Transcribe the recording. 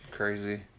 crazy